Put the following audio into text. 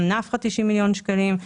גם נפחא 90 מיליון שקלים.